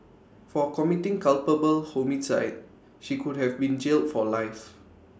for committing culpable homicide she could have been jailed for life